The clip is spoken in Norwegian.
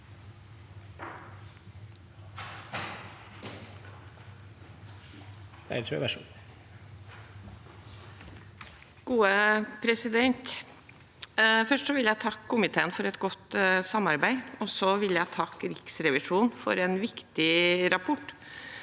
for saken): Først vil jeg takke komiteen for et godt samarbeid. Så vil jeg takke Riksrevisjonen for en viktig rapport